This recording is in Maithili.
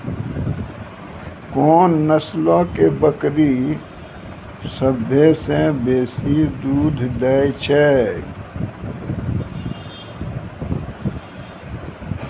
कोन नस्लो के बकरी सभ्भे से बेसी दूध दै छै?